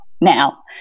now